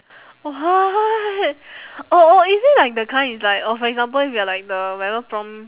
what oh oh is it like the kind it's like or for example if you are like the whatever prom